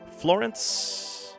Florence